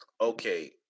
okay